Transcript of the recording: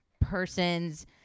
person's